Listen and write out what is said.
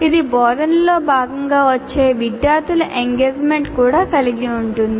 ఇది బోధనలో భాగంగా వచ్చే విద్యార్థుల engagement కూడా కలిగి ఉంటుంది